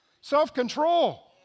self-control